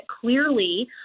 clearly